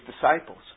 disciples